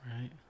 right